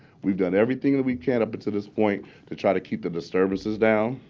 we've done everything that we can up but to this point to try to keep the disturbances down,